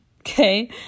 Okay